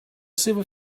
seva